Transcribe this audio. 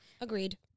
Agreed